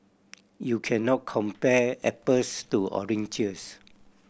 you cannot compare apples to oranges